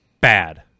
bad